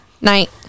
Night